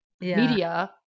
media